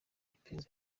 iperereza